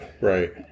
right